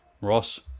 Ross